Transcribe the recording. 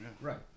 Right